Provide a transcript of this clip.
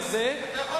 אתה יכול,